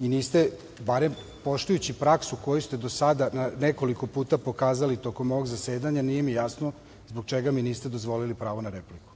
ili ste barem poštujući praksu koju ste do sada nekoliko puta pokazali tokom ovog zasedanja, nije mi jasno zbog čega mi niste dozvolili pravo na repliku?